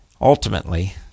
Ultimately